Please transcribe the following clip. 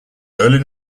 early